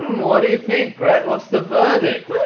what do you think, brett? what's the verdict?